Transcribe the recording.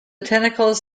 tentacles